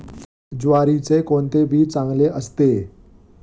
ज्वारीचे कोणते बी चांगले असते?